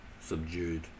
subdued